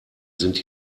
sind